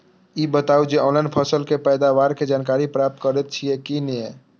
ई बताउ जे ऑनलाइन फसल के पैदावार के जानकारी प्राप्त करेत छिए की नेय?